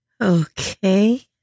Okay